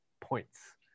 points